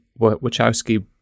Wachowski